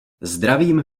zdravím